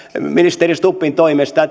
ministeri stubbin toimesta